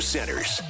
Centers